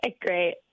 great